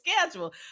schedule